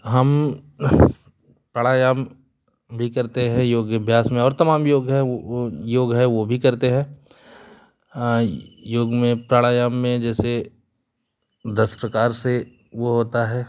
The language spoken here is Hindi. हम प्राणायाम भी करते हैं योग अभ्यास में और तमाम योग है वो योग है वो भी करते हैं हाँ योग में प्राणायाम में जैसे दस प्रकार से वो होता है